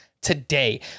today